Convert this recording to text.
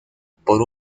por